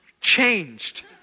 changed